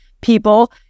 people